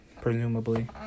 presumably